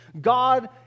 God